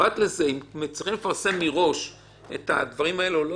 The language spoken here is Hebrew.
אם צריכים לפרסם את הדברים האלה או לא,